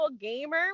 gamer